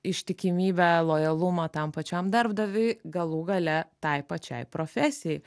ištikimybę lojalumą tam pačiam darbdaviui galų gale tai pačiai profesijai